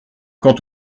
quant